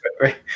right